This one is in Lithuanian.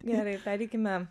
gerai pereikime